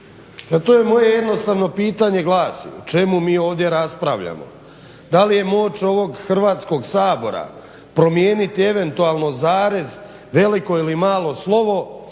tome, moje jednostavno pitanje glasi o čemu mi ovdje raspravljamo, da li je moć ovog Hrvatskog sabora promijeniti eventualno zarez, veliko ili malo slovo,